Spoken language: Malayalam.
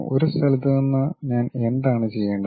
ഒരു സ്ഥലത്ത് നിന്ന് ഞാൻ എന്താണ് ചെയ്യേണ്ടത്